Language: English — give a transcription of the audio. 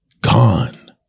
gone